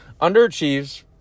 underachieves